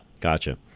Gotcha